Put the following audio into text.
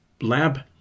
lab